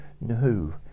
no